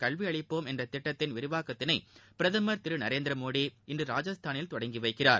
கல்வியளிப்போம் என்ற திட்டத்தின் விரிவாக்கத்தினை பிரதமர் திரு நரேந்திர மோடி இன்று ராஜஸ்தானில் தொடங்கி வைக்கிறார்